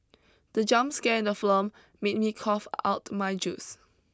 the jump scare in the film made me cough out my juice